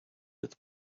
with